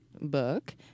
book